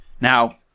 Now